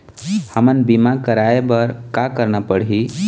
हमन बीमा कराये बर का करना पड़ही?